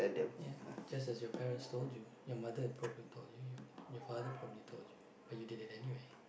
ya just as your parents told you your mother had probably told you your father probably told you but you did it anyway